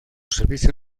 servicio